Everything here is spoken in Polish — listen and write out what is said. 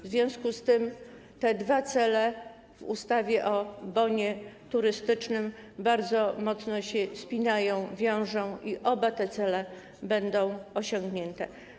W związku z tym te dwa cele w ustawie o bonie turystycznym bardzo mocno się spinają, wiążą i oba te cele będą osiągnięte.